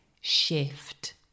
shift